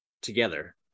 together